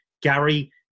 Gary